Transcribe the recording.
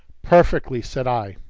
perfectly, said i.